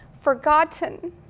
forgotten